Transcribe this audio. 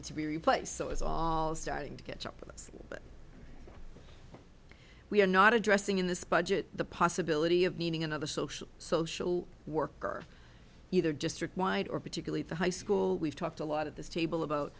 to be replaced so it's all starting to catch up with us we are not addressing in this budget the possibility of needing another social social worker either just wide or particularly the high school we've talked a lot of this table about